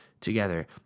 together